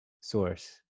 source